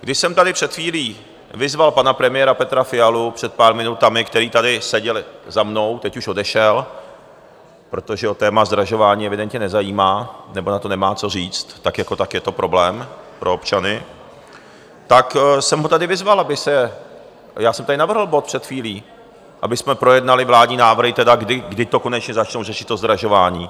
Když jsem tady před chvílí vyzval pana premiéra Petra Fialu, před pár minutami který tady seděl za mnou, teď už odešel, protože ho téma zdražování evidentně nezajímá nebo na to nemá co říct, tak jako tak je to problém pro občany tak jsem ho tady vyzval, aby se já jsem tady navrhl bod před chvílí, abychom projednali vládní návrhy, tedy kdy to konečně začnou řešit, to zdražování.